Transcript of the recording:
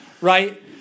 right